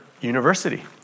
University